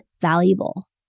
valuable